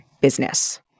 business